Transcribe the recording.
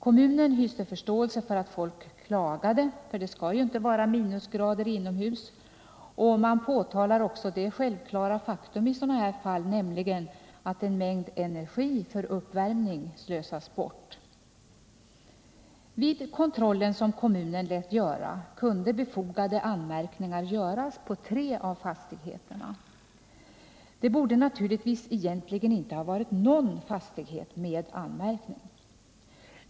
Kommunen hyste förståelse för att folk klagade — det skall ju inte vara minusgrader inomhus — och påtalade också det självklara faktum i sådana här fall att en mängd energi för uppvärmning slösas bort. Vid den kontroll som kommunen lät verkställa kunde befogade anmärkningar göras på tre fastigheter. Det borde naturligtvis egentligen inte ha varit någon fastighet med anmärkning.